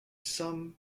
some